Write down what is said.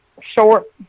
short